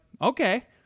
okay